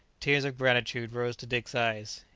tears of gratitude rose to dick's eyes.